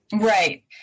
Right